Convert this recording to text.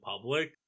public